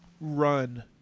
run